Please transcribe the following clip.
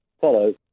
follow